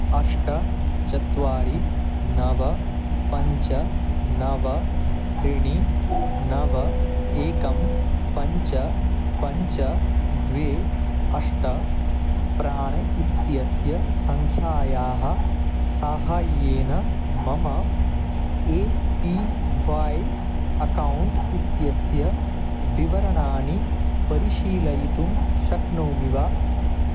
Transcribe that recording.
अष्ट चत्वारि नव पञ्च नव त्रिणि नव एकं पञ्च पञ्च द्वे अष्ट प्राण् इत्यस्य सङ्ख्यायाः सहायेन मम ए पी वाय् अकौण्ट् इत्यस्य विवरणानि परिशीलयितुं शक्नोमि वा